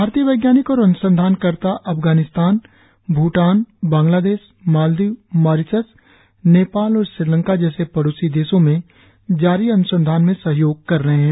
भारतीय वैज्ञानिक और अन्संधानकर्ता अफगानिस्तान भूटान बांग्लादेश मालदीव मॉरिशस नेपाल और श्रीलंका जैसे पड़ोसी देशों में जारी अन्संधान में सहयोग कर रहे हैं